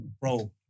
Bro